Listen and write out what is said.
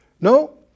No